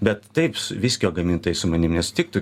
bet taip viskio gamintojai su manim nesutiktų